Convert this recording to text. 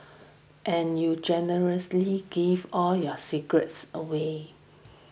and you generously give all your secrets away